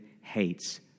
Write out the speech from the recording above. hates